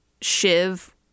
Shiv